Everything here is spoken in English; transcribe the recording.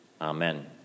Amen